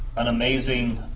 an amazing